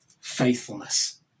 faithfulness